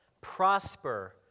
prosper